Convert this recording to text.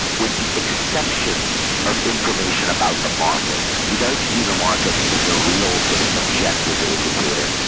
with the exception of information about the markets. he does view the markets as a real sort of objective indicator.